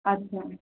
अच्छा